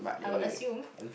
I would assume